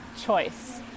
choice